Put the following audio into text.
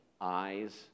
eyes